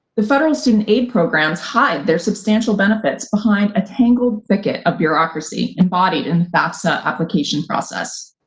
the federal student aid programs hide their substantial benefits behind a tangled thicket of bureaucracy embodied in the fafsa application process.